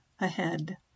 ahead